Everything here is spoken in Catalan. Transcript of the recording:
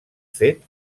fet